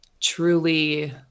truly